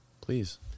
Please